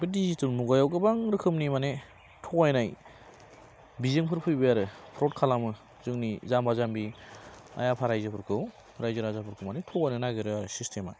बे डिजिटेल मुगायाव गोबां रोखोमनि माने थगायनाय बिजोंफोर फैबाय आरो फ्रद खालामो जोंनि जामबा जाम्बि आइ आफा रायजोफोरखौ राइजो राजाफोरखौ माने थगायनो नागिरो आरो सिस्टेमआ